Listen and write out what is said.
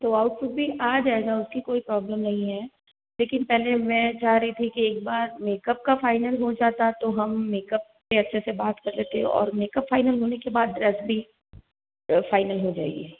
तो ऑउटफिट भी आ जायेगा उसकी कोई प्रॉब्लम नहीं है लेकिन पहले मैं चाह रही थी की एक बार मेकअप का फाइनल हो जाता तो हम मेकअप पर अच्छे से बात कर लेते और मेकअप फाइनल होने के बाद ड्रेस भी फाइनल हो जायेगी